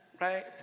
Right